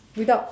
without